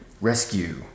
Rescue